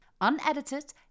unedited